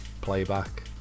playback